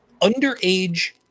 Underage